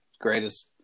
greatest